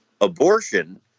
Abortion